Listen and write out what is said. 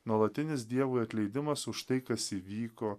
nuolatinis dievui atleidimas už tai kas įvyko